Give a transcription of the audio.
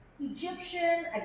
Egyptian